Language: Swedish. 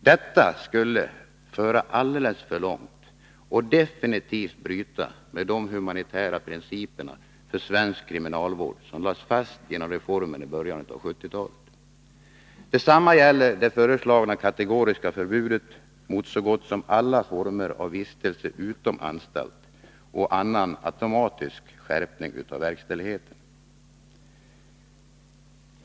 Detta skulle föra alldeles långt och definitivt bryta med de humanitära principerna för svensk kriminalvård som lades fast genom reformerna i början av 1970-talet. Detsamma gäller det föreslagna kategoriska förbudet mot så gott som alla former av vistelse utom anstalt och annan automatisk skärpning av verkställigheten.